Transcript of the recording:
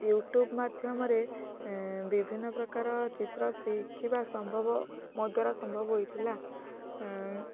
YouTube ମାଧ୍ୟମରେ ବିଭିନ୍ନ ପ୍ରକାର ଚିତ୍ର ଶିଖିବା ସମ୍ଭବ ମୋ ଦ୍ୱାରା ସମ୍ଭବ ହେଇଥିଲା